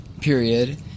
period